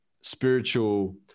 spiritual